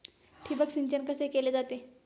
ठिबक सिंचन कसे केले जाते?